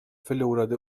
förlorade